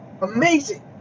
amazing